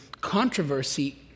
controversy